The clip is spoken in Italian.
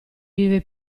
vive